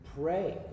pray